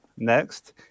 Next